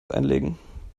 einlegen